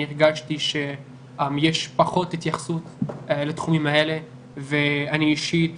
אני הרגשתי שיש פחות התייחסות לתחומים האלה ואני אישית